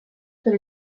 per